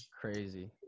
Crazy